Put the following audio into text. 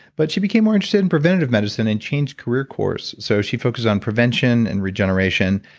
but she became more interested in preventive medicine and changed career course, so she focuses on prevention and regeneration.